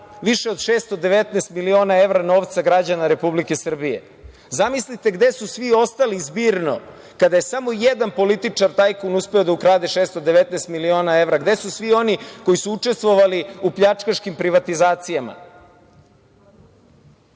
više od 619 miliona evra novca građana Republike Srbije. Zamislite gde su svi ostali zbirno, kada je samo jedan političar tajkun uspeo da ukrade 619 miliona evra, gde su svi oni koji su učestvovali u pljačkaškim privatizacijama. Zato